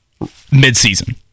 midseason